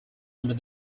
under